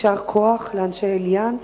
יישר כוח לאנשי "אליאנס"